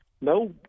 No